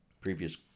previous